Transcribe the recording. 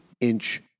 Inch